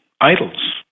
idols